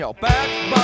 Back